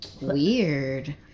weird